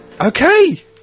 Okay